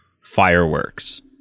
fireworks